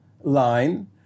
line